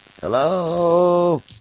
Hello